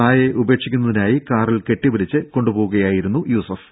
നായയെ ഉപേക്ഷിക്കുന്നതിനായി കാറിൽ കെട്ടിവലിച്ച് കൊണ്ടുപോവുകയായിരുന്നു യൂസഫ്